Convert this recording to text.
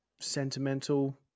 sentimental